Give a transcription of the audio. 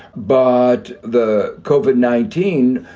but the covered nineteen.